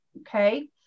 okay